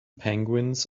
penguins